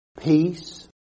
peace